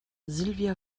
silvia